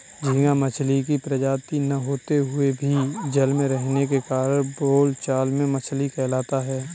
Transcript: झींगा मछली की प्रजाति न होते हुए भी जल में रहने के कारण बोलचाल में मछली कहलाता है